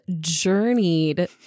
journeyed